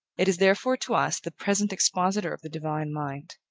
it is, therefore, to us, the present expositor of the divine mind.